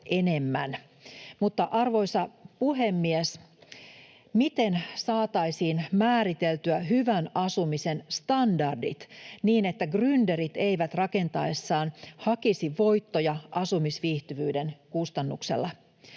Arvoisa puhemies! Miten saataisiin määriteltyä hyvän asumisen standardit, niin että grynderit eivät rakentaessaan hakisi voittoja asumisviihtyvyyden kustannuksella